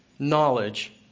knowledge